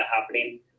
happening